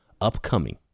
upcoming